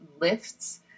lifts